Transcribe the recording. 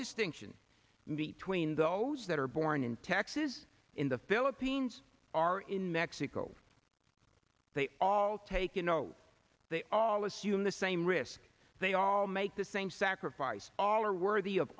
distinction between those that are born in texas in the philippines are in mexico they all take an oath they all assume the same risks they all make the same sacrifice all are worthy of